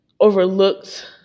Overlooked